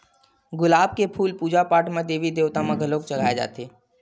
गुलाब के फूल पूजा पाठ म देवी देवता म घलो चघाए जाथे